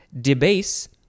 debase